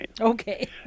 Okay